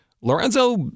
Lorenzo